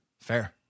Fair